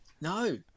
No